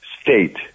state